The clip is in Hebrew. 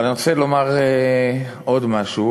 אבל אני רוצה לומר עוד משהו,